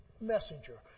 messenger